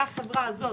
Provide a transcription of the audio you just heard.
אותה חברה כי"ל,